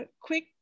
quick